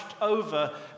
over